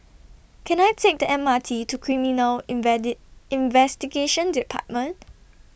Can I Take The M R T to Criminal invade Investigation department